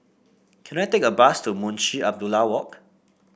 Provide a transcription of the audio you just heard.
can I take a bus to Munshi Abdullah Walk